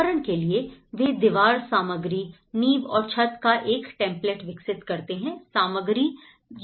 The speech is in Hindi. उदाहरण के लिए वे दीवार सामग्री नींव और छत का एक टेम्पलेट विकसित करते हैं सामग्री या जो भी हो